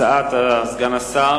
הצעת סגן השר